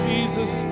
Jesus